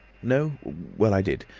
no well, i did.